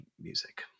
music